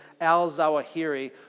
Al-Zawahiri